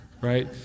right